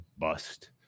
bust